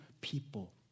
people